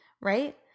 right